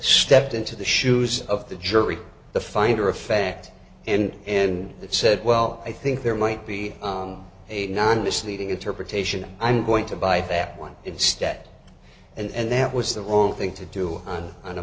stepped into the shoes of the jury the finder of fact and in that said well i think there might be a non misleading interpretation i'm going to buy that one instead and that was the wrong thing to do on